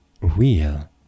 real